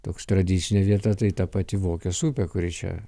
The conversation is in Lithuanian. toks tradicinė vieta tai ta pati vokės upė kuri čia